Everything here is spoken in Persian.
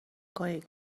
کنید